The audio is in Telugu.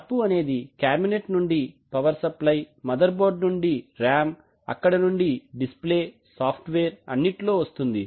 మార్పు అనేది కేబినెట్ నుండి పవర్ సప్లై మదర్ బోర్డ్ నుండి ర్యామ్ అక్కడి నుండి డిస్ప్లే సాఫ్ట్ వేర్ అన్నింటిలో వస్తుంది